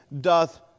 doth